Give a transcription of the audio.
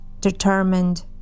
determined